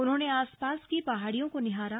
उन्होंने आसपास की पहाड़ियों को निहारा